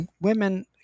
women